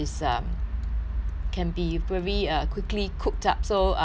can be very uh quickly cooked up so uh I'll I'll I'll